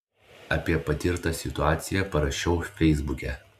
apie patirtą situaciją parašiau feisbuke